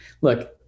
look